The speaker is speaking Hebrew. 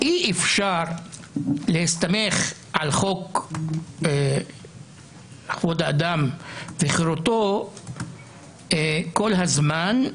אי-אפשר להסתמך על חוק כבוד האדם וחירותו כל הזמן,